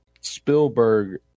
Spielberg